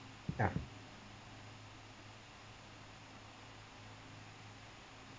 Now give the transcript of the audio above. ya